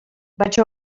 vaig